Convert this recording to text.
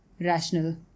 rational